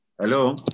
hello